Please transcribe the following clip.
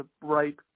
right